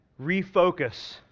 refocus